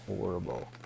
horrible